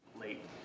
late